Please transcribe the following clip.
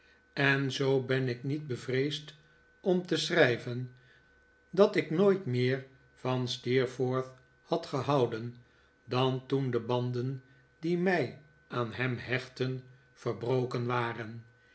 en zoo ben ik niet bevreesd om te schrijven dat ik nooit meer van steerforth had gehouden dan toen de banden die mij aan hem hechtten verbroken waren